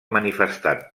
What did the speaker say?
manifestat